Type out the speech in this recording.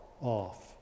off